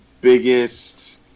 biggest